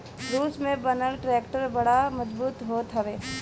रूस में बनल ट्रैक्टर बड़ा मजबूत होत रहल